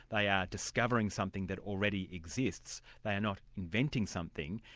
they are discovering something that already exists, they are not inventing something,